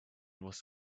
was